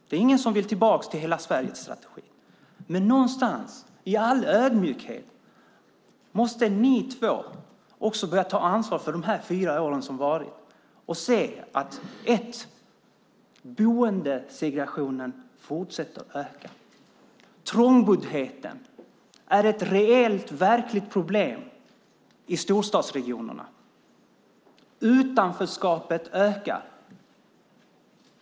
Det är ingen som vill tillbaka till Hela Sverige-strategin, men någonstans, i all ödmjukhet, måste ni två också börja ta ansvar för de fyra år som har varit och se att boendesegregationen fortsätter att öka. Trångboddheten är ett reellt, verkligt problem i storstadsregionerna. Utanförskapet ökar.